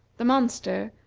the monster,